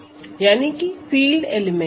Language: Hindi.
यानी कि फील्ड एलिमेंट